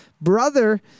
brother